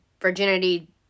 virginity